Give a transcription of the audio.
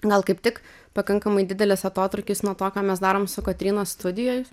gal kaip tik pakankamai didelis atotrūkis nuo to ką mes darom su kotryna studijoj